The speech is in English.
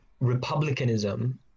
republicanism